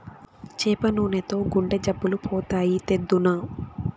చేప నూనెతో గుండె జబ్బులు పోతాయి, తెద్దునా